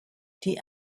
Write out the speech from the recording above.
die